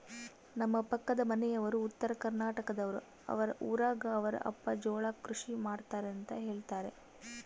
ನಮ್ಮ ಪಕ್ಕದ ಮನೆಯವರು ಉತ್ತರಕರ್ನಾಟಕದವರು, ಅವರ ಊರಗ ಅವರ ಅಪ್ಪ ಜೋಳ ಕೃಷಿ ಮಾಡ್ತಾರೆಂತ ಹೇಳುತ್ತಾರೆ